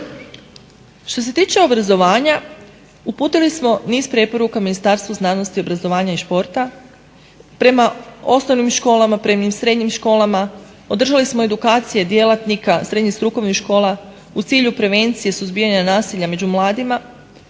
Što se tiče obrazovanja uputili smo niz preporuka Ministarstvu znanosti, obrazovanja i športa, prema osnovnim školama, prema srednjim školama, održali smo edukacije djelatnika srednjih strukovnih škola u cilju prevencije suzbijanja nasilja među mladima,